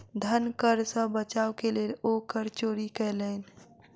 धन कर सॅ बचाव के लेल ओ कर चोरी कयलैन